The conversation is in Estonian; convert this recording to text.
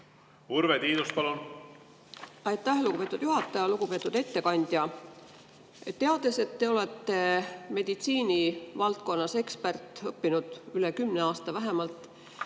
Urve Tiidus, palun! Aitäh, lugupeetud juhataja! Lugupeetud ettekandja! Teades, et te olete meditsiinivaldkonnas ekspert, õppinud üle kümne aasta vähemalt,